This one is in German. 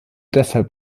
deshalb